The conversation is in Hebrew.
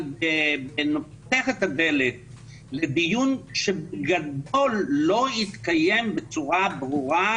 אבל זה פותח את הדלת לדיון גדול שלא התקיים בצורה ברורה